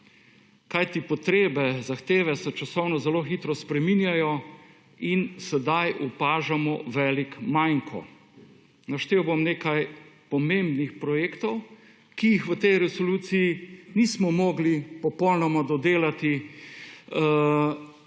kajti potrebe, zahteve se časovno zelo hitro spreminjajo in sedaj opažamo velik manko. Naštel bom nekaj pomembnih projektov, ki jih v tej resoluciji nismo mogli popolnoma dodelati